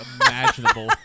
imaginable